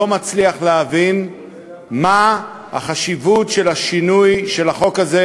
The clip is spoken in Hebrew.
לא מצליח להבין מה החשיבות של השינוי של החוק הזה,